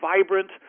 vibrant